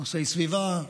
נושאי סביבה,